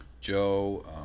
Joe